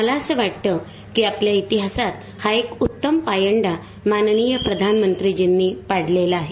मला असं वाटतं की आपल्या इतिहासात हा एक उत्तम पायंडा माननीय पंतप्रधानांनी पाडलेला आहे